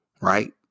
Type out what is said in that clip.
Right